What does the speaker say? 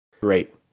great